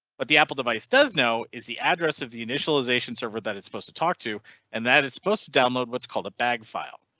but the apple device does know is the address of the initialisation server that is supposed to talk to and that is supposed to download what's called a bag file.